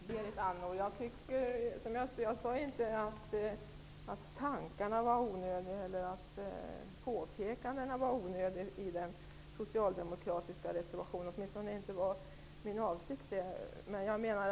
Herr talman! Jag sade inte, Berit Andnor, att påpekandena i den socialdemokratiska reservationen var onödiga -- åtminstone var det inte min avsikt att säga något sådant.